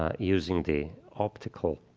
ah using the optical